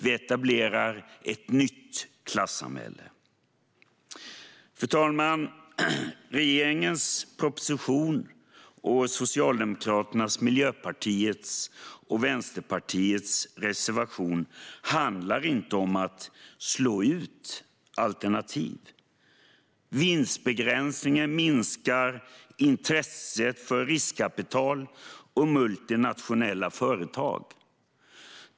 Vi etablerar ett nytt klassamhälle. Fru talman! Regeringens proposition och Socialdemokraternas, Miljöpartiets och Vänsterpartiets reservation handlar inte om att slå ut alternativ. Vinstbegränsningen minskar intresset hos riskkapital och multinationella företag.